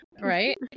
right